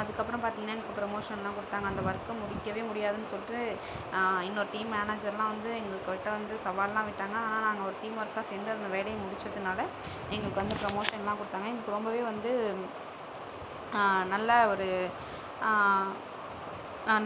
அதுக்கப்புறம் பார்த்திங்கன்னா எங்களுக்கு ப்ரமோஷன்லாம் கொடுத்தாங்க அந்த ஒர்க்கை முடிக்கவே முடியாதுன்னு சொல்லிட்டு இன்னொரு டீம் மேனேஜர்லாம் வந்து எங்கக்கிட்ட வந்து சவால்லாம் விட்டாங்கள் ஆனால் நாங்கள் ஒரு டீம் ஒர்க்காக சேர்ந்து அந்த வேலையை முடிச்சதனால எங்களுக்கு வந்து ப்ரமோஷன்லாம் கொடுத்தாங்க எங்களுக்கு ரொம்பவே வந்து நல்லா ஒரு